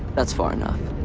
that's far enough